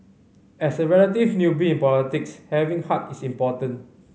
as a relative newbie in politics having heart is important